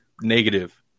negative